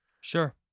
Sure